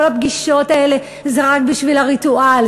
כל הפגישות האלה זה רק בשביל הריטואל.